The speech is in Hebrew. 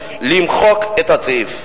למחוק את הסעיף.